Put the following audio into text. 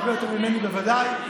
הרבה יותר ממני בוודאי,